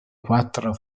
quattro